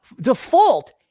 default